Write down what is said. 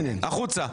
החוצה.